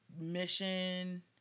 mission